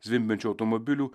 zvimbiančių automobilių